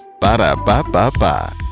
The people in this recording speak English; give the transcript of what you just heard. Ba-da-ba-ba-ba